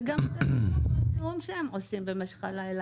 וגם את הזיהום שהם עושים במשך הלילה.